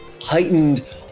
heightened